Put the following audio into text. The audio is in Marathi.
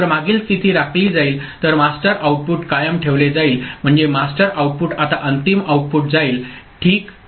तर मागील स्थिती राखली जाईल तर मास्टर आऊटपुट कायम ठेवले जाईल म्हणजे मास्टर आउटपुट आता अंतिम आउटपुट जाईल ठीक आहे